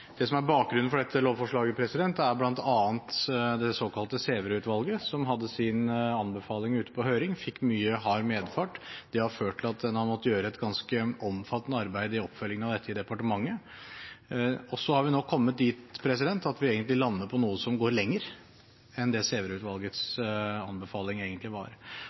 Det som er bakgrunnen for dette lovforslaget, er bl.a. det såkalte Sæverud-utvalget, som hadde sin anbefaling ute på høring, og som fikk mye hard medfart. Det har ført til at en har måttet gjøre et ganske omfattende arbeid i oppfølgingen av dette i departementet. Så er vi nå kommet dit at vi lander på noe som går lenger enn det Sæverud-utvalgets anbefaling egentlig var.